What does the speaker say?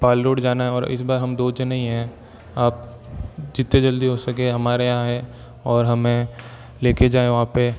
पाल road जाना है और इस बार हम दो जने ही है आप जितनी जल्दी हो सके हमारे यहाँ आए और हमें लेकर जाए वहाँ पे